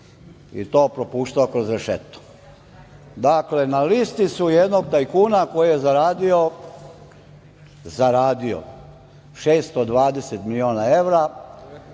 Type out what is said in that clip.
i to propuštao kroz rešeto. Dakle, na listi su jednog tajkuna koji je zaradio, zaradio 620 miliona evra,